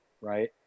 right